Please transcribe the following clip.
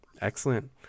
excellent